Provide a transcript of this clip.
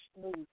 smooth